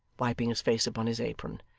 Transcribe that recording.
wiping his face upon his apron.